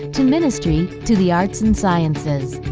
to ministry, to the arts and sciences.